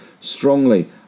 strongly